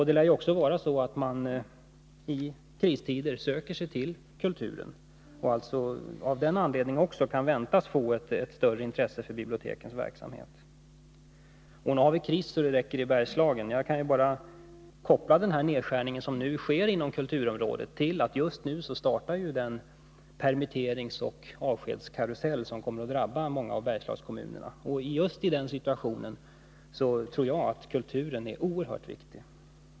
Det lär också vara så att människor i kristider söker sig till kulturen, och av den anledningen kan man alltså förvänta ett större intresse för bibliotekens verksamhet. Och nog har vi kris så att det räcker i Bergslagen. Jag kan bara koppla den nedskärning som nu sker inom kulturområdet till att det just nu startar en permitteringsoch avskedskarusell som kommer att drabba många av Bergslagskommunerna. Just i den situationen tror jag att kulturen är oerhört viktig.